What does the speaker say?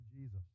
Jesus